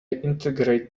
integrate